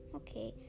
okay